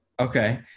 Okay